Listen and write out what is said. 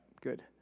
good